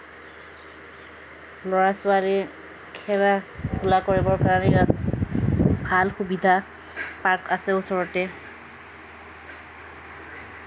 ল'ৰা ছোৱালী খেলা ধূলা কৰিবৰ কাৰণে ইয়াত ভাল সুবিধা পাৰ্ক আছে ওচৰতে